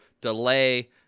delay